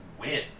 win